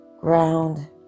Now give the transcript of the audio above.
Ground